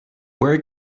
where